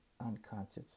unconscious